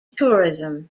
tourism